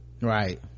right